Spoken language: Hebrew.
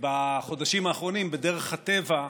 בחודשים האחרונים, בדרך הטבע,